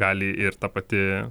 gali ir ta pati